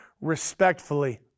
respectfully